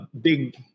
big